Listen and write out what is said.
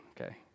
okay